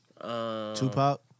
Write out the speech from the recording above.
Tupac